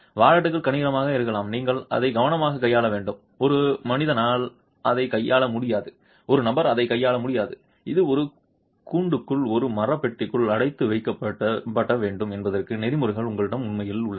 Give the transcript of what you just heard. வாலெட்டுகள் கனமாக இருக்கலாம் நீங்கள் அதை கவனமாகக் கையாள வேண்டும் ஒரு மனிதனால் அதைக் கையாள முடியாது ஒரு நபர் அதைக் கையாள முடியாது இது ஒரு கூண்டுக்குள் ஒரு மரப் பெட்டிக்குள் அடைத்து வைக்கப்பட வேண்டும் என்பதற்கான நெறிமுறைகள் உங்களிடம் உண்மையில் உள்ளன